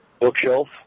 bookshelf